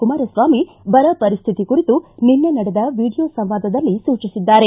ಕುಮಾರಸ್ವಾಮಿ ಬರ ಪರಿಸ್ಟಿತಿ ಕುರಿತು ನಿನ್ನೆ ನಡೆದ ವಿಡಿಯೋ ಸಂವಾದದಲ್ಲಿ ಸೂಚಿಸಿದ್ದಾರೆ